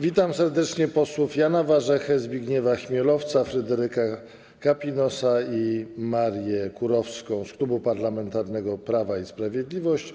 Witam serdecznie posłów Jana Warzechę, Zbigniewa Chmielowca, Fryderyka Kapinosa i Marię Kurowską z Klubu Parlamentarnego Prawo i Sprawiedliwość,